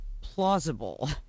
plausible